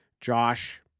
Josh